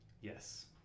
Yes